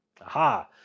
aha